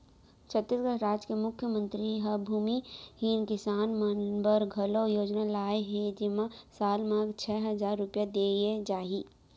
छत्तीसगढ़ राज के मुख्यमंतरी ह भूमिहीन किसान मन बर घलौ योजना लाए हे जेमा साल म छै हजार रूपिया दिये जाही